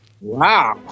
Wow